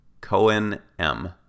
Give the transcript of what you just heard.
Cohen-M